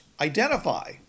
Identify